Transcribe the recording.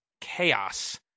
chaos